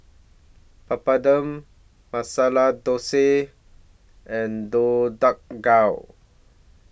Papadum Masala Dosa and Deodeok Gui